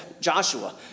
Joshua